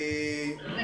בוועדה.